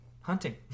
hunting